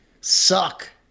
suck –